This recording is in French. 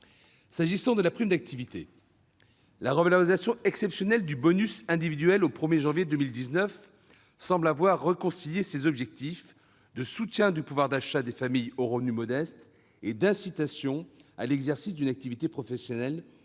S'agissant de la prime d'activité, la revalorisation exceptionnelle du « bonus » individuel au 1 janvier 2019 semble avoir réconcilié ses objectifs de soutien du pouvoir d'achat des familles aux revenus modestes et d'incitation à l'exercice d'une activité professionnelle,